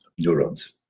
neurons